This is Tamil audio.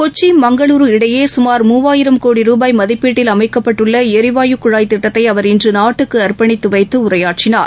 கொச்சி மங்களூரு இடையே சுமார் மூவாயிரம் கோடி ரூபாய் மதிப்பீட்டில் அமைக்கப்பட்டுள்ள எரிவாயு குழாய் திட்டத்தை அவர் இன்று நாட்டுக்கு அர்ப்பணித்து வைத்து உரையாற்றினார்